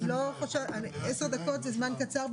10 דקות זה זמן קצר.